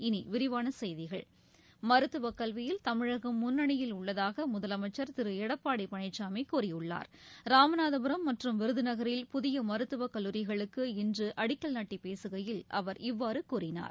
இனி விரிவான செய்திகள் மருத்துவக் கல்வியில் தமிழகம் முன்னணியில் உள்ளதாக முதலமைச்சர் திரு எடப்பாடி பழனிசாமி கூறியுள்ளார் ராமநாதபுரம் மற்றும் விருதநகரில் புதிய மருத்துவக் கல்லூரிகளுக்கு இன்று அடிக்கல் நாட்டி பேசுகையில் அவர் இவ்வாறு கூறினார்